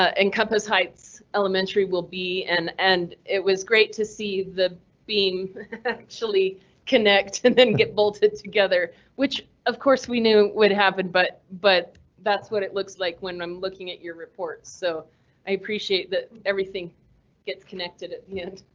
ah encompass heights elementary will be an and it was great to see the beam actually connect and then get bolted together which of course we knew would happen but but that's what it looks like when i'm looking at your reports, so i appreciate that everything gets connected at the end.